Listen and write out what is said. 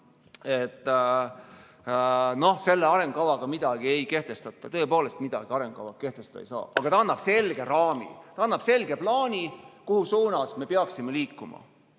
et selle arengukavaga midagi ei kehtestata. Tõepoolest, arengukavaga midagi kehtestada ei saa, aga ta annab selge raami, ta annab selge plaani, millises suunas me peaksime liikuma.